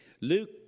Luke